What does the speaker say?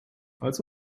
als